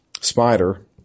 spider